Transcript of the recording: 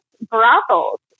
brothels